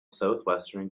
southwestern